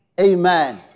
Amen